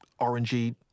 orangey